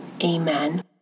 Amen